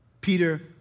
Peter